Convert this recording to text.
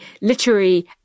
literary